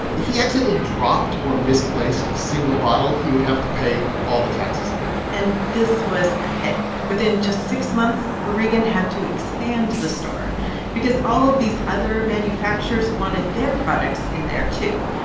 if he accidentally dropped or misplaced a single bottle, he would have to pay all the taxes on it and this was a hit. within just six months, o'regan had to expand the store because all of these other manufacturers wanted their products in there, too.